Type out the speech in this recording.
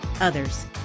others